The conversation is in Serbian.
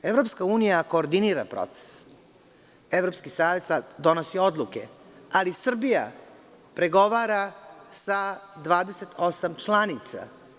Evropska unija koordinira proces, Evropski savet sad donosi odluke, ali Srbija pregovara sa 28 članica.